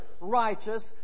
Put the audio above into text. righteous